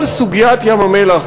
כל סוגיית ים-המלח,